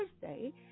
Thursday